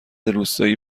روستایی